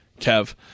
Kev